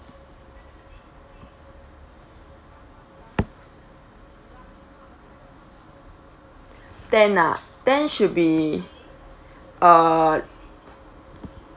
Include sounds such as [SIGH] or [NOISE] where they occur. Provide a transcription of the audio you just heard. [BREATH] ten ah ten should be uh